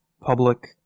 public